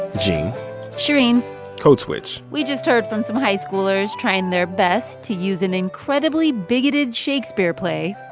gene shereen code switch we just heard from some high schoolers trying their best to use an incredibly bigoted shakespeare play,